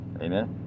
amen